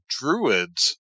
druids